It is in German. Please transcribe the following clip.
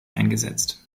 eingesetzt